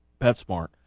PetSmart